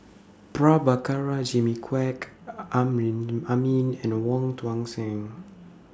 Prabhakara Jimmy Quek Amrin Amin and Wong Tuang Seng